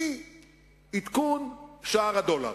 אי-עדכון שער הדולר.